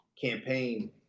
campaign